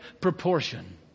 proportion